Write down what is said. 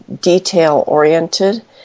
detail-oriented